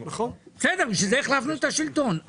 בסדר, בשביל זה החלפנו את השלטון.